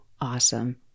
awesome